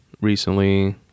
recently